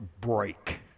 break